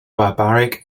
barbaric